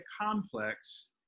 complex